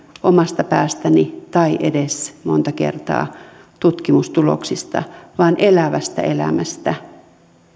omasta päästäni tai edes monta kertaa tutkimustuloksista vaan elävästä elämästä